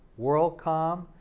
worldcom,